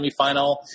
semifinal